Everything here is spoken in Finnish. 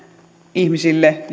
ihmisille